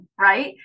right